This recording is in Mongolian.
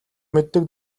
мэддэг